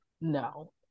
no